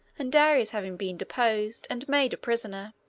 and darius having been deposed and made a prisoner.